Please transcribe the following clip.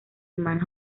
manos